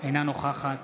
אינה נוכחת